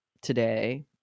today